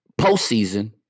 postseason